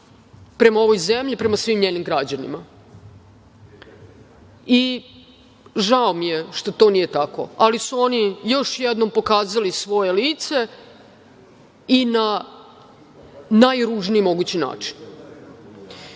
prema ovoj zemlji, prema svim njenim građanima. Žao mi je što to nije tako, ali su oni još jednom pokazali svoje lice i na najružniji mogući